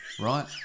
Right